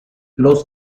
los